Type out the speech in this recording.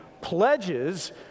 pledges